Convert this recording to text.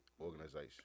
organization